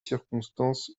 circonstances